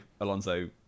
Alonso